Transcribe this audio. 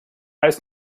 ist